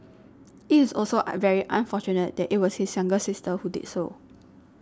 it is also very unfortunate that it was his younger sister who did so